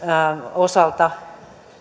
osalta